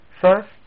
First